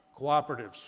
cooperatives